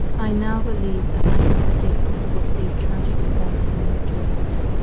i now believe that i have the gift to foresee tragic events in my dreams.